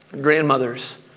grandmothers